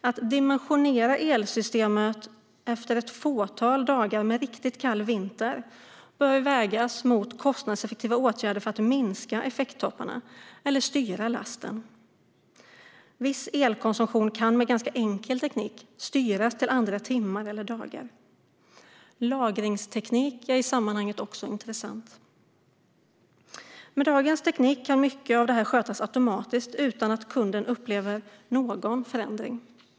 Att dimensionera elsystemet efter ett fåtal dagar med riktigt kall vinter bör vägas mot kostnadseffektiva åtgärder för att minska effekttopparna eller styra lasten. Viss elkonsumtion kan med ganska enkel teknik styras till andra timmar eller dagar. Lagringsteknik är i sammanhanget också intressant. Med dagens teknik kan mycket av detta skötas automatiskt utan att kunden upplever någon förändring.